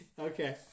Okay